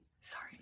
Sorry